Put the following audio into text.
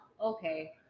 Okay